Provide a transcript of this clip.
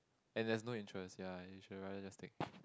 and there is no insurance ya insurance just take